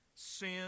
Sin